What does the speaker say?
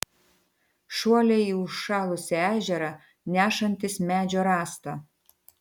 šuoliai į užšalusį ežerą nešantis medžio rąstą